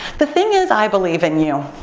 the thing is i believe in you.